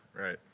Right